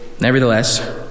Nevertheless